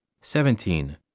seventeen